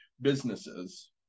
businesses